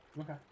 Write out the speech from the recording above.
Okay